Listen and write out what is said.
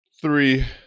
three